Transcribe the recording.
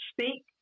speak